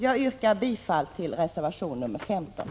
Jag yrkar bifall till reservation 14.